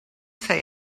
say